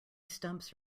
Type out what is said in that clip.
stumps